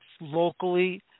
locally